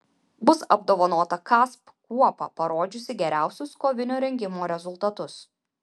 bus apdovanota kasp kuopa parodžiusi geriausius kovinio rengimo rezultatus